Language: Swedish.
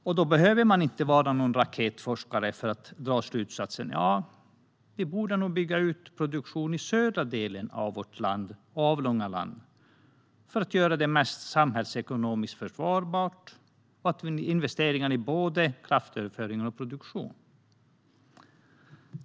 Man behöver inte vara någon raketforskare för att dra slutsatsen att vi borde bygga ut produktion i södra delen av vårt avlånga land för att göra de mest samhällsekonomiskt försvarbara investeringarna i både kraftöverföring och produktion.